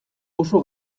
oso